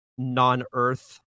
non-Earth